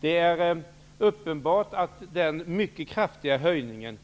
Det är uppenbart att den mycket kraftiga höjningen